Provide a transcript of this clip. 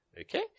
Okay